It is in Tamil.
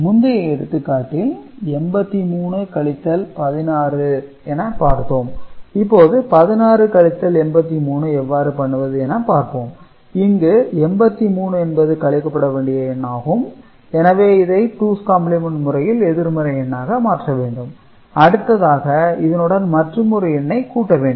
முந்தைய எடுத்துக்காட்டில் 83 கழித்தல் 16 எனப் பார்த்தோம் இப்போது 16 கழித்தல் 83 எவ்வாறு பண்ணுவது என பார்ப்போம் இங்கு 83 என்பது கழிக்கப்பட வேண்டிய எண் ஆகும் எனவே இதை டூஸ் காம்ப்ளிமென்ட் முறையில் எதிர்மறை எண்ணாக மாற்ற வேண்டும் அடுத்ததாக இதனுடன் மற்றுமொரு எண்ணை கூட்ட வேண்டும்